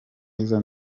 mwiza